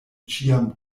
ĉiam